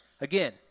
Again